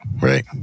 Right